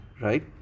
Right